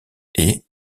est